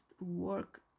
work